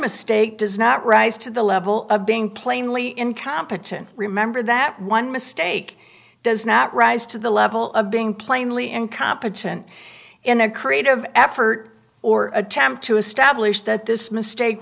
mistake does not rise to the level of being plainly incompetent remember that one mistake does not rise to the level of being plainly incompetent in a creative effort or attempt to establish that this mistake